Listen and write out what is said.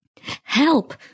Help